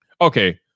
Okay